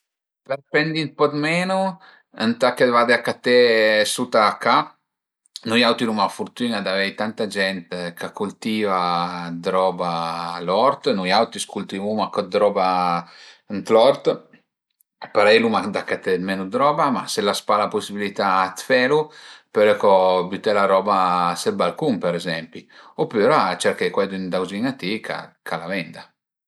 Për spendi ën po dë menu ëntà che vade a caté suta a ca, nui auti l'uma la furtün-a d'avei tanta gent cha'a cultiva d'roba, l'ort, nui auti cultivuma co d'roba ën l'ort parei l'uma da caté menu d'roba, ma se l'as pa la pusibilità dë felu, pöle co büté la roba sël balcun për ezempi opüra cerché cuaidün vizin a ti ch'a la venda